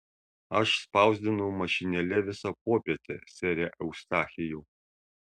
aš spausdinau mašinėle visą popietę sere eustachijau